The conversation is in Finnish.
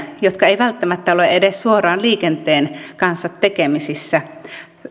jotka eivät välttämättä ole edes suoraan liikenteen kanssa tekemisissä